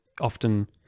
often